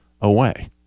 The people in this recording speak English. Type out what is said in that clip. away